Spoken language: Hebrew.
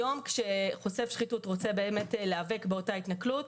היום כשחושף שחיתות רוצה להיאבק באותה התנכלות,